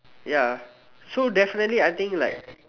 ya so definitely I think like